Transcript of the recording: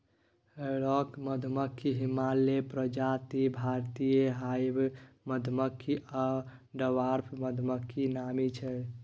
rock मधुमाछी, Himalayan प्रजाति, भारतीय हाइब मधुमाछी आ डवार्फ मधुमाछी नामी छै